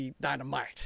Dynamite